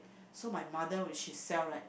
so my mother when she sell right